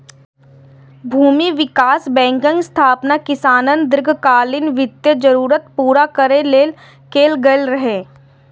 भूमि विकास बैंकक स्थापना किसानक दीर्घकालीन वित्तीय जरूरत पूरा करै लेल कैल गेल रहै